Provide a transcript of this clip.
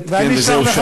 איננו, אוסאמה